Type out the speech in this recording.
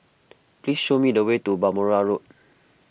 please show me the way to Balmoral Road